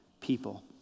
people